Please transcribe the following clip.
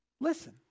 Listen